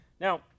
Now